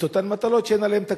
את אותן מטלות, כשאין להן תקציב.